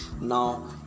now